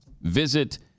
Visit